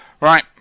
right